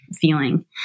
feeling